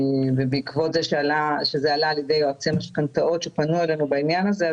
ובעקבות זה שזה עלה על ידי יועצי משכנתאות שפנו אלינו בעניין הזה,